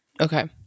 okay